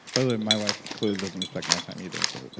but then my wife clearly doesn't respect my time either, so it's